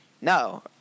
No